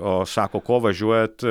o sako ko važiuojat